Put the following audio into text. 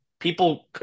People